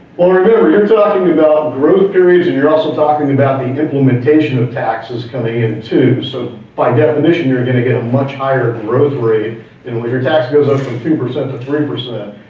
well remember, you're talking about growth periods and you're also talking about the and implementation of taxes coming in too so by definition you're gonna get a much higher growth rate, and when your taxes goes up from two percent to three percent,